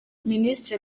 minisitiri